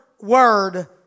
word